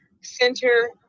center